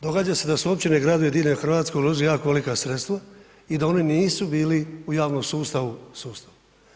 Događa se da su općine i gradovi diljem Hrvatske ulažu jako velika sredstva i da oni nisu bili u javnom sustavu sustava.